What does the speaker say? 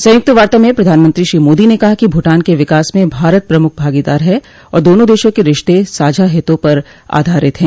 संयुक्त वार्ता में प्रधानमंत्री श्री मोदी ने कहा कि भूटान के विकास में भारत प्रमुख भागीदार है और दोनों देशों के रिश्ते साझा हितों पर आधारित हैं